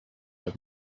have